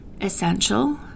essential